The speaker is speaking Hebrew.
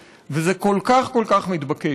זה כל כך חשוב וזה כל כך כל כך מתבקש.